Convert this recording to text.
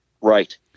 Right